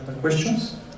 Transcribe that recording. Questions